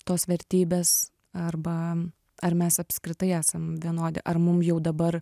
tos vertybės arba ar mes apskritai esam vienodi ar mum jau dabar